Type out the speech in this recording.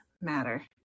matter